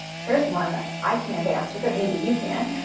here's one that i can't answer, but maybe you can.